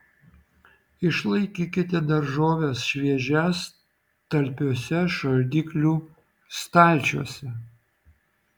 išlaikykite daržoves šviežias talpiuose šaldiklių stalčiuose